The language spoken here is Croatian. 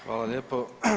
Hvala lijepo.